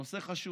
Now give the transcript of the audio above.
נושא חשוב,